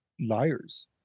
liars